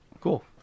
Cool